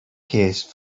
case